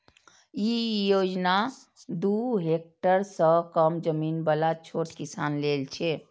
ई योजना दू हेक्टेअर सं कम जमीन बला छोट किसान लेल छै